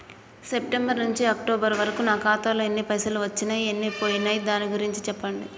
September నుంచి October వరకు నా ఖాతాలో ఎన్ని పైసలు వచ్చినయ్ ఎన్ని పోయినయ్ దాని గురించి చెప్పండి?